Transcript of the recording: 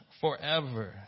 forever